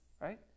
right